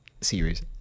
Series